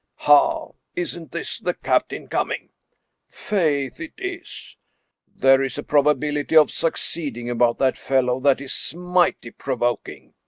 ha! isn't this the captain coming faith it is there is a probability of succeeding about that fellow, that is mighty provoking!